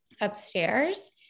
upstairs